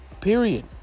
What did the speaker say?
Period